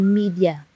media